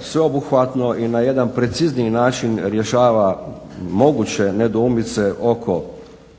sveobuhvatno i na jedan precizniji način rješava moguće nedoumice oko